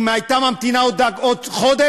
אם הייתה ממתינה עוד חודש,